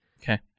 okay